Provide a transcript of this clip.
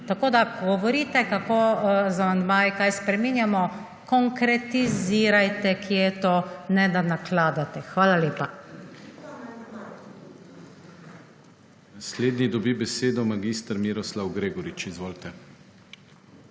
Tako, da, ko govorite kako z amandmaji kaj spreminjamo, konkretizirajte kje je to, ne da nakladate. Hvala lepa.